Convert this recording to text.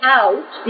out